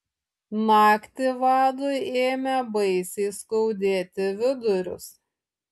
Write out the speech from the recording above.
naktį vadui ėmė baisiai skaudėti vidurius